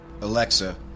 Alexa